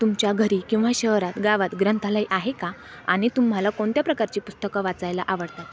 तुमच्या घरी किंवा शहरात गावात ग्रंथालय आहे का आणि तुम्हाला कोणत्या प्रकारची पुस्तकं वाचायला आवडतात